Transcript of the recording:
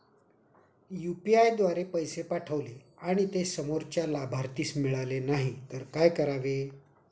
UPI द्वारे पैसे पाठवले आणि ते समोरच्या लाभार्थीस मिळाले नाही तर काय करावे?